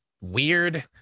weird